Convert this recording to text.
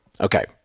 Okay